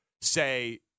say